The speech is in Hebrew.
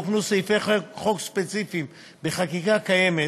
תוקנו סעיפי חוק ספציפיים בחקיקה קיימת,